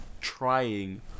trying